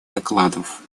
докладов